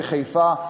בחיפה.